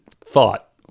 thought